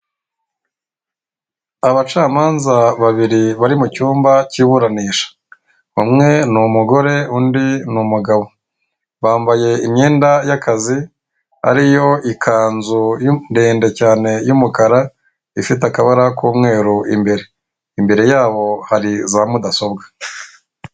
Abacamanza babiri bari mu cyumba cy'iburanisha, bamwe ni umugore undi ni n'umugabo bambaye imyenda y'akazi ari yo ikanzu ndende cyane y'umukara ifite akabara k'umweru imbere yabo hari za mudasobwa.